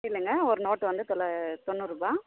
இல்லைங்க ஒரு நோட்டு வந்து தொண்ணூறுரூபா